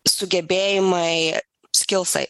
sugebėjimai skilsai